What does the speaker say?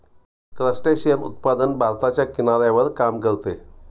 crustacean उत्पादन भारताच्या किनाऱ्यावर काम करते